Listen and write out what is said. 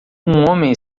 homem